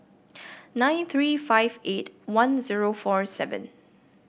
nine three five eight one zero four seven